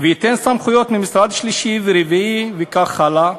וייתן סמכויות ממשרד שלישי ורביעי, וכך הלאה,